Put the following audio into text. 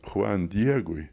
chuan diegui